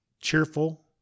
cheerful